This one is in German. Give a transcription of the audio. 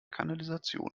kanalisation